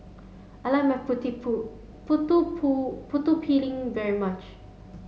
I like Putu Piring very much